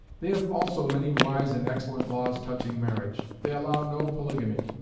they have also many wise and excellent laws touching marriage. they allow no polygamy.